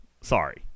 Sorry